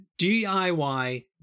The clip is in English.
DIY